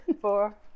four